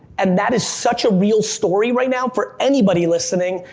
and that is such a real story right now for anybody listening,